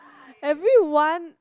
everyone